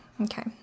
Okay